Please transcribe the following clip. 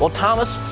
ah thomas,